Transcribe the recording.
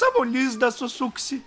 savo lizdą susuksi